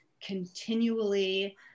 continually